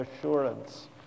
assurance